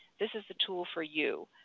this is the tool for you.